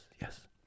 yes